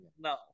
No